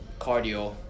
cardio